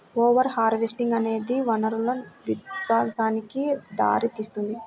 over harvesting అనేది వనరుల విధ్వంసానికి దారితీస్తుంది